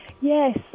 yes